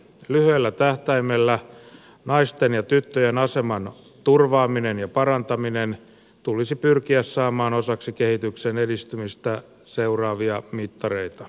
lyhyellä tähtäimellä naisten ja tyttöjen aseman turvaaminen ja parantaminen tulisi pyrkiä saamaan osaksi kehityksen edistymistä seuraavia mittareita